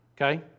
Okay